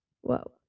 whoa